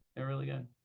they're really good.